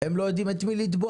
הם לא יודעים את מי לתבוע.